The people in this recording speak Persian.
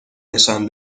نشان